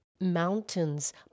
Mountains